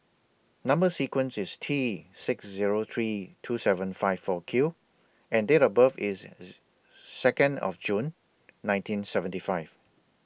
Number sequence IS T six Zero three two seven five four Q and Date of birth IS Second of June nineteen seventy five